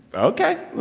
ok.